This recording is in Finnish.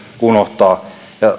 unohtaa